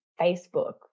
Facebook